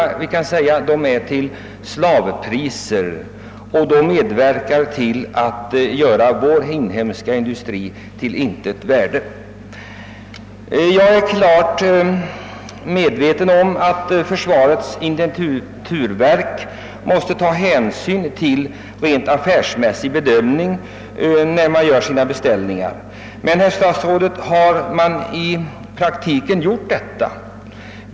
Härmed bidrar man till att försvåra förhållandena för vår inhemska industri. | Jag är klart medveten om att försvarets intendenturverk måste göra en rent affärsmässig bedömning när man placerar sina beställningar. Men, herr statsråd, har man i praktiken gjort detta?